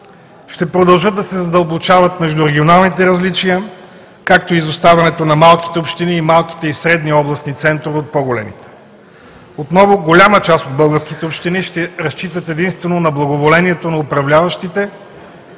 Ще продължат да се задълбочават междурегионалните различия, както изоставането на малките общини и малките и средните областни центрове от по-големите. Отново голяма част от българските общини ще разчитат единствено на благоволението на управляващите